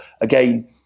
Again